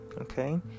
Okay